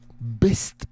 best